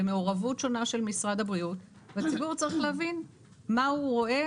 במעורבות שונה של משרד הבריאות והציבור צריך להבין מה הוא רואה,